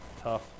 Tough